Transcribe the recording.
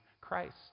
Christ